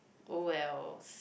oh wells